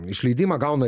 išleidimą gauna